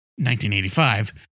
1985